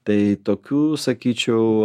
tai tokių sakyčiau